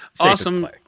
awesome